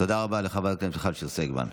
תודה רבה לחברת הכנסת מיכל שיר סגמן.